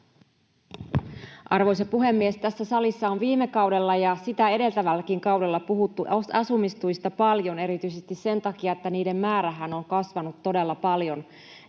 Arvoisa puhemies! Tässä salissa on viime kaudella ja sitä edeltävälläkin kaudella puhuttu asumistuista paljon erityisesti sen takia, että niiden määrähän on kasvanut todella paljon.